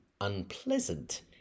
unpleasant